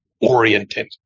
oriented